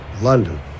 London